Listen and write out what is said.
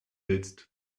willst